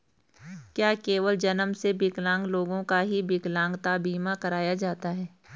क्या केवल जन्म से विकलांग लोगों का ही विकलांगता बीमा कराया जाता है?